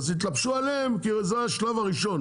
אז התלבשו עליהם כאילו זה השלב הראשון,